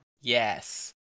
Yes